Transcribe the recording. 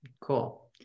Cool